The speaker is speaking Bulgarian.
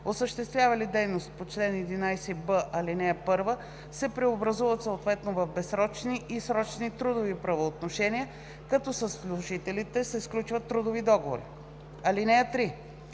осъществявали дейности по чл. 11б, ал. 1, се преобразуват съответно в безсрочни и срочни трудови правоотношения, като със служителите се сключват трудови договори. (3)